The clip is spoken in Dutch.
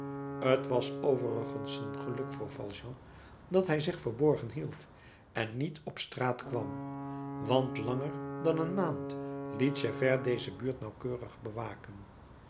t was overigens een geluk voor valjean dat hij zich verborgen hield en niet op straat kwam want langer dan een maand liet javert deze buurt nauwkeurig bewaken